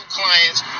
clients